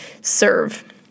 serve